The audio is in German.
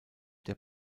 der